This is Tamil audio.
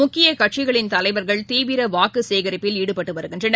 முக்கியக் கட்சிகளின் தலைவர்கள் தீவிரவாக்குசேகரிப்பில் ஈடுபட்டுவருகின்றனர்